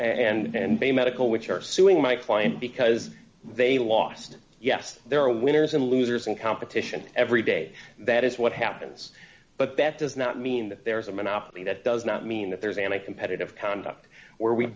vets and a medical which are suing my client because they lost yes there are winners and losers and competition every day that is what happens but best does not mean that there is a monopoly that does not mean that there is an a competitive conduct where we